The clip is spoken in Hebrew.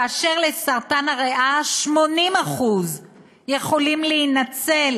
באשר לסרטן הריאה, 80% יכולים להינצל